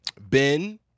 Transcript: Ben